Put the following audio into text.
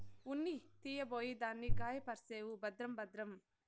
ఉన్ని తీయబోయి దాన్ని గాయపర్సేవు భద్రం భద్రం